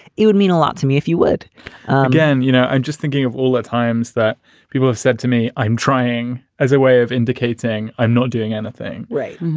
it would mean a lot to me if you would um you know, i'm just thinking of all the times that people have said to me, i'm trying as a way of indicating i'm not doing anything right.